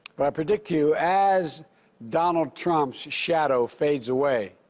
but i predict to you, as donald trump's shadow fades away,